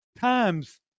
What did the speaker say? times